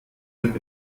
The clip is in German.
wird